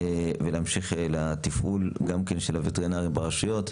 ונמשיך לתפעול גם כן של הווטרינרים ברשויות.